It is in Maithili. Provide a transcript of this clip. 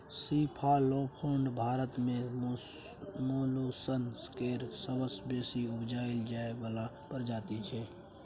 सीफालोपोड भारत मे मोलुसस केर सबसँ बेसी उपजाएल जाइ बला प्रजाति छै